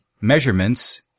measurements